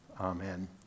amen